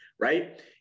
right